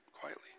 quietly